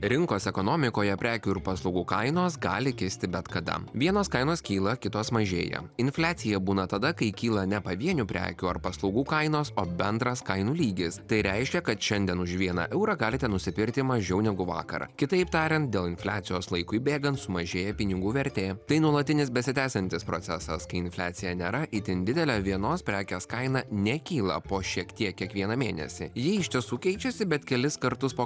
rinkos ekonomikoje prekių ir paslaugų kainos gali keisti bet kada vienos kainos kyla kitos mažėja infliacija būna tada kai kyla ne pavienių prekių ar paslaugų kainos o bendras kainų lygis tai reiškia kad šiandien už vieną eurą galite nusipirkti mažiau negu vakar kitaip tariant dėl infliacijos laikui bėgant sumažėja pinigų vertė tai nuolatinis besitęsiantis procesas kai infliacija nėra itin didelė vienos prekės kaina nekyla po šiek tiek kiekvieną mėnesį ji iš tiesų keičiasi bet kelis kartus po